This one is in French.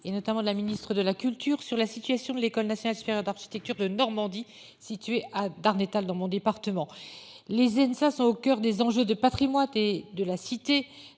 et notamment de la ministre de la Culture sur la situation de l'École nationale supérieure d'architecture de Normandie située à Darnétal dans mon département. Les INSA sont au coeur des enjeux de Patrimoine et de la cité,